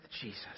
Jesus